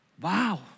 Wow